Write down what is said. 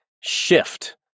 shift